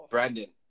Brandon